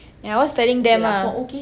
and I was telling them ah